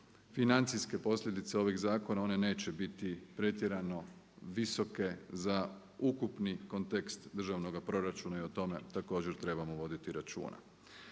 financijske posljedice ovih zakona, one neće biti pretjerano visoke za ukupni kontekst državnog proračuna i o tome također trebamo voditi računa.